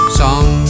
song